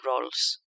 roles